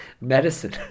medicine